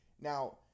Now